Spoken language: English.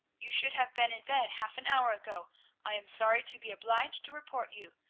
you should have been in bed half an hour ago i am sorry to be obliged to report you.